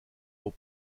aux